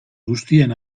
guztien